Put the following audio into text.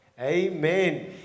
Amen